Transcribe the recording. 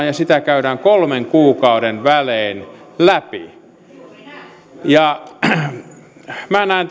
ja sitä käydään kolmen kuukauden välein läpi minä näen